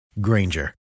Granger